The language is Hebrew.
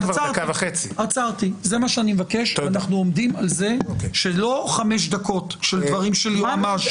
ואני רוצה להתמקד בהתנהלות שרי הממשלה.